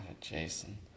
Jason